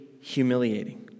humiliating